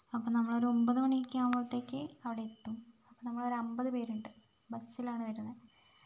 അപ്പം നമ്മൾ ഒരു ഒമ്പത് മണി ഒക്കെ ആകുമ്പോഴത്തേക്ക് അവിടെ എത്തും നമ്മൾ ഒരു അമ്പത് പേരുണ്ട് ബസിൽ ആണ് വരുന്നത്